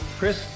Chris